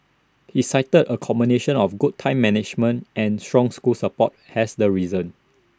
he cited A combination of good time management and strong school support as the reason